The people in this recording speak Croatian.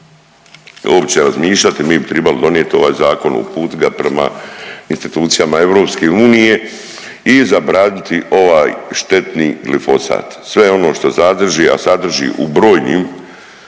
uopće razmišljati, mi bi tribali ovaj zakon uputit ga prema institucijama EU i zabraniti ovaj štetni glifosat. Sve ono što sadrži, a sadrži u brojnim